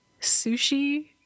sushi